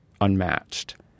unmatched